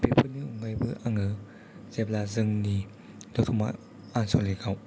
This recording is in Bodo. बेफोरनि अनगायैबो आङो जेब्ला जोंनि दतमा आन्सलिकाव